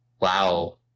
Wow